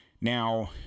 Now